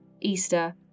Easter